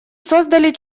создали